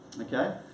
Okay